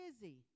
busy